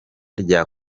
rya